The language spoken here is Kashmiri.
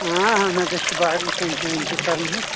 آ اہن حظ أسۍ چھِ باغن کٮ۪نچی وٮ۪نچی کران حظ